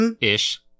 Ish